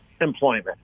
employment